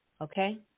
okay